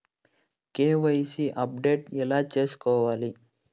KYC update ఎట్లా సేసుకోవాలి?